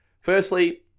firstly